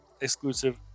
exclusive